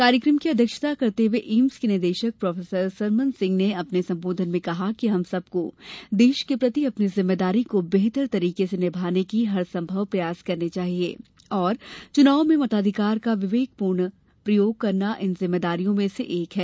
कार्यक्रम की अध्यक्षता करते हुए एम्स के निदेशक प्रोफेसर सरमन सिंह ने अपने संबोधन में कहा कि हम सबकों देश के प्रति अपनी जिम्मेदारी को बेहतर तरीके से निभाने की हर संभव प्रयास करने चाहिए और चुनावों में मताधिकार का विवेकपूर्ण प्रयोग करना इन जिम्मेदारियों में से एक हैं